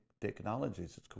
technologies